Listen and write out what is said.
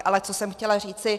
Ale co jsem chtěla říci.